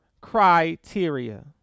criteria